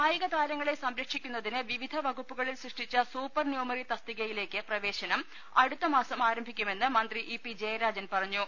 കായിക താരങ്ങളെ സംരക്ഷിക്കുന്നതിന് വിവിധ വകുപ്പുകളിൽ സൃഷ്ടിച്ച സൂപ്പർ ന്യൂമറി തസ്തികയിലേക്ക് പ്രവേശനം അടുത്തമാസം ആരംഭിക്കുമെന്ന് മന്ത്രി ഇ പി ജയരാജൻ പറഞ്ഞു